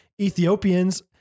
Ethiopians